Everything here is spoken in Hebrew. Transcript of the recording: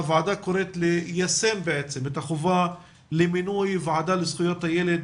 הוועדה קוראת ליישם את החובה למינוי ועדה לזכויות הילד,